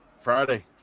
Friday